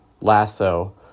Lasso